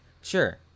sure